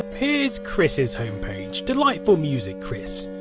here's chris's homepage. delightful music chris.